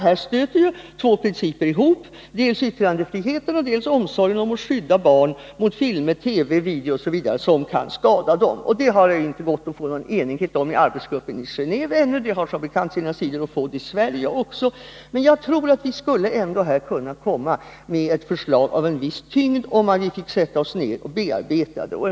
Här stöter ju två principer ihop —dels yttrandefriheten, dels omsorgen om barnen och önskan att skydda dem mot film, TV, video m.m. som kan skada dem. Det har ännu inte gått att få någon enighet kring dessa frågor i arbetsgruppen i Genéve. Det har som bekant sina sidor att få det också i Sverige. Jag tror ändå att vi på denna punkt skulle kunna lägga fram ett förslag av viss tyngd om vi fick sätta oss ned och bearbeta frågorna.